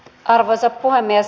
arvoisa puhemies